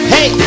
Hey